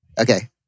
Okay